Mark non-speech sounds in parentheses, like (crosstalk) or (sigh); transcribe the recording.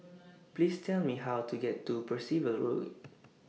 (noise) Please Tell Me How to get to Percival Road